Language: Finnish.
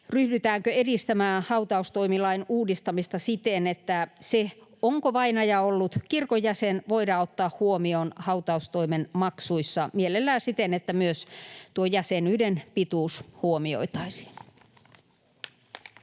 ryhdytäänkö edistämään hautaustoimilain uudistamista siten, että se, onko vainaja ollut kirkon jäsen, voidaan ottaa huomioon hautaustoimen maksuissa mielellään siten, että myös tuo jäsenyyden pituus huomioitaisiin.